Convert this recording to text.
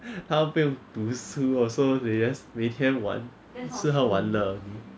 他们不用读书 orh they just 每天玩吃喝玩乐